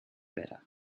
better